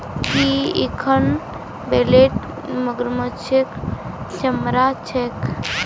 की इखन बेल्ट मगरमच्छेर चमरार छिके